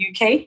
UK